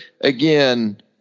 again